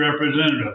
representative